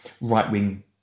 right-wing